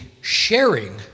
sharing